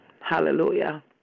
Hallelujah